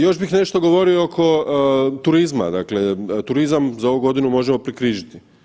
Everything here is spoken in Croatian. Još bih nešto govorio oko turizma, dakle turizam za ovu godinu možemo prekrižiti.